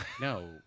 no